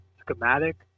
schematic